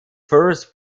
first